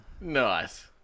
Nice